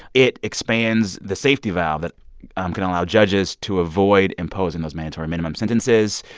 it expands the safety valve that um can allow judges to avoid imposing those mandatory minimum sentences.